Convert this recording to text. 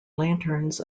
lanterns